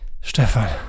Stefan